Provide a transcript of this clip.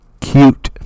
Cute